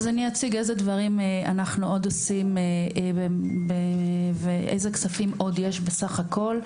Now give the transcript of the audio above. אז אני אציג איזה דברים אנחנו עוד עושים ואיזה כספים עוד יש בסך הכול.